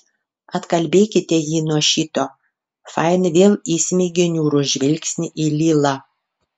atkalbėkite jį nuo šito fain vėl įsmeigė niūrų žvilgsnį į lilą